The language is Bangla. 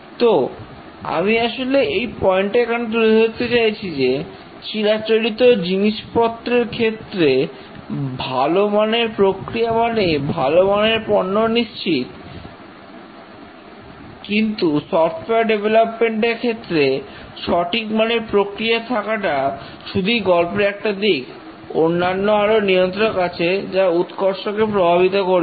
তো আমি আসলে এই পয়েন্ট টা এখানে তুলে ধরতে চাইছি যে চিরাচরিত জিনিসপত্রের ক্ষেত্রে ভালো মানের প্রক্রিয়া মানেই ভালো মানের পণ্য নিশ্চিত কিন্তু সফটওয়্যার ডেভেলপমেন্ট এর ক্ষেত্রে সঠিক মানের প্রক্রিয়া থাকাটা শুধুই গল্পের একটা দিক অন্যান্য আরো নিয়ন্ত্রক আছে যা উৎকর্ষকে প্রভাবিত করবে